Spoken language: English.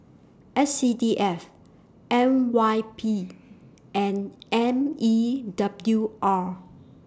S C D F N Y P and M E W R